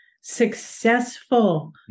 successful